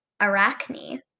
Arachne